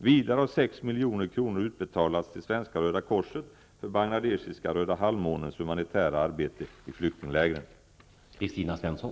Vidare har 6 milj.kr. utbetalats till Svenska